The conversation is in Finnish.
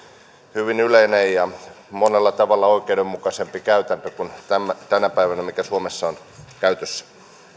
hyvin yleinen ja monella tavalla oikeudenmukaisempi käytäntö kuin se mikä tänä päivänä suomessa on käytössä